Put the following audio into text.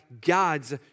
God's